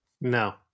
No